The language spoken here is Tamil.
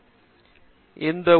இது ஒரு அடிப்படை பிரச்சனை